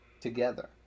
together